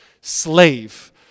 Slave